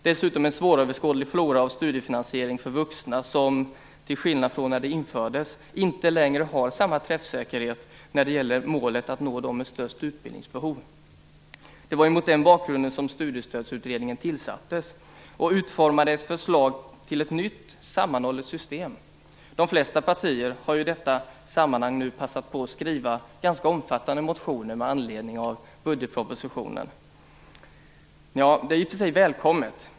Dessutom har vi en svåröverskådlig flora av studiefinansieringssystem för vuxna, som till skillnad från när de infördes inte längre har samma träffsäkerhet när det gäller målet att nå dem med störst utbildningsbehov. Det var mot den bakgrunden som Studiestödsutredningen tillsattes och utformade ett förslag till ett nytt, sammanhållet system. De flesta partier har i detta sammanhang passat på att skriva ganska omfattande motioner med anledning av budgetpropositionen. Det är i och för sig välkommet.